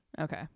Okay